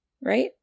right